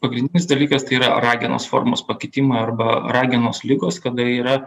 pagrindinis dalykas tai yra ragenos formos pakitimai arba ragenos ligos kada yra